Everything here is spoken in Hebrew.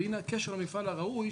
והנה הקשר למפעל הראוי,